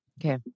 Okay